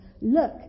look